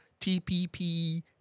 TPP